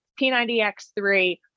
P90X3